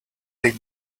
they